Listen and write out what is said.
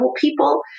people